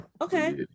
Okay